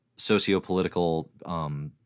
socio-political